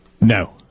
No